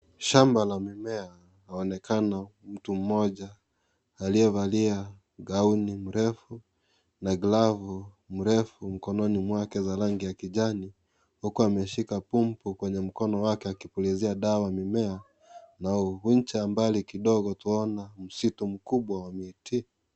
Shamba la mimea. Aonekana mtu mmoja aliyevalia gauni mrefu na glavu mrefu mkononi mwake za rangi ya kijani huku ameshika pumpu kwenye mkono wake akipulizia dawa mimea na ncha mbali kidogo tunaona msitu mkubwa wa miti.